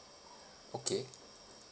okay